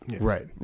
Right